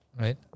right